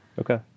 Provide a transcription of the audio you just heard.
Okay